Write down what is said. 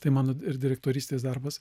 tai mano ir direktorystės darbas